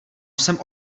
jsem